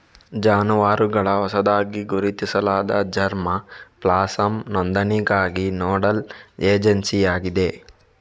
ಜಾನುವಾರುಗಳ ಹೊಸದಾಗಿ ಗುರುತಿಸಲಾದ ಜರ್ಮಾ ಪ್ಲಾಸಂನ ನೋಂದಣಿಗಾಗಿ ನೋಡಲ್ ಏಜೆನ್ಸಿಯಾಗಿದೆ